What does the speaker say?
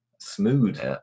smooth